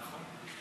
נכון.